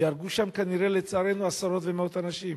ייהרגו שם כנראה, לצערנו, עשרות ומאות אנשים.